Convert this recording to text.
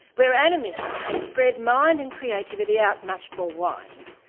where animism can spread mind and creativity out much more widely,